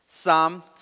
Psalm